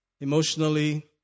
Emotionally